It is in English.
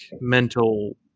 mental